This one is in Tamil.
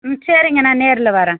ம் சரிங்க நான் நேரில் வரேன்